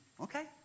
okay